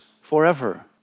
forever